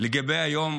לגבי היום